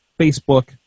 Facebook